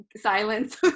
silence